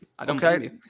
Okay